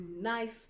nice